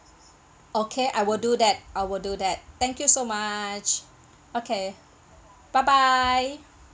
okay I will do that I will do that thank you so much okay bye bye